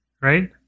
right